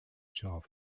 job